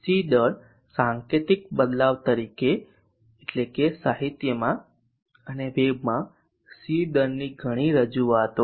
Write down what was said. C દર સાંકેતિક બદલાવ તરીકે એટલે કે સાહિત્યમાં અને વેબમાં C દરની ઘણી રજૂઆતો છે